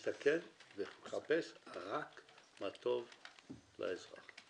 מחפש רק מה טוב לאזרח.